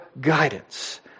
guidance